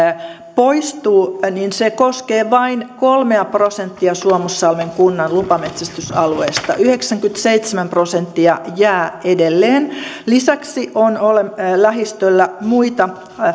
poistuu niin se koskee vain kolmea prosenttia suomussalmen kunnan lupametsästysalueesta yhdeksänkymmentäseitsemän prosenttia jää edelleen lisäksi on lähistöllä muita